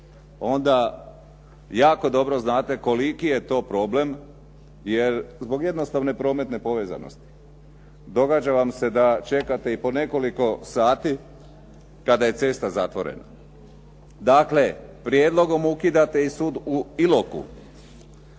onda jako dobro znate koliki je to problem jer zbog jednostavne prometne povezanosti događa vam se da čekate i po nekoliko sati kada je cesta zatvorena. Dakle, prijedlogom ukidate i sud u Iloku.